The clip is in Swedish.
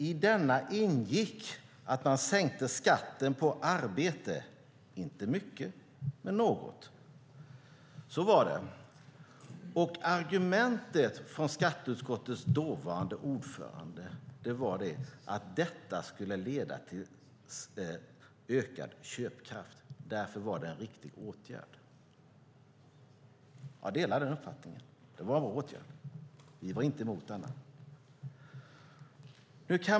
I denna ingick att man sänkte skatten på arbete, inte mycket men något. Så var det. Argumentet från skatteutskottets dåvarande ordförande var att detta skulle leda till ökad köpkraft. Därför var det en riktig åtgärd. Jag delar denna uppfattning. Det var en bra åtgärd. Vi var inte emot den.